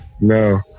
No